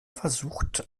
versucht